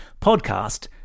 podcast